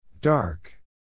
Dark